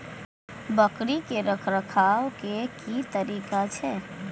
बकरी के रखरखाव के कि तरीका छै?